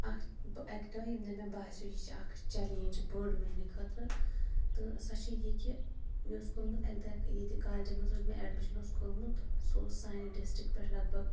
اکھ بہٕ اَکہِ دۄہ مےٚ باسیو یہِ چھِ اَکھ چَلینٛج بٔڈ میٛانہِ خٲطرٕ تہٕ سۄ چھِ یہِ کہِ مےٚ اوس کوٚرمُت اَکہِ دۄہ ییٚتہِ کالجہِ منٛز ییٚلہِ مےٚ ایڈمِشَن اوس کوٚرمُت سُہ اوس سانہِ ڈِسٹِک پٮ۪ٹھ لگ بگ